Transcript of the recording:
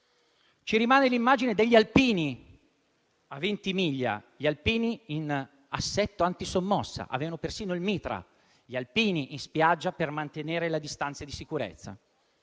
Ci rimane l'immagine degli alpini a Ventimiglia in assetto antisommossa - avevano persino il mitra - in spiaggia per mantenere la distanza di sicurezza.